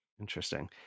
Interesting